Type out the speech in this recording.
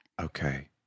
Okay